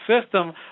system